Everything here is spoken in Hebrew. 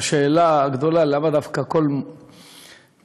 השאלה הגדולה: למה הכול מתנקז,